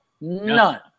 None